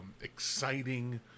exciting